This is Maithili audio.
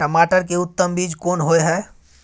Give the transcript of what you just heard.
टमाटर के उत्तम बीज कोन होय है?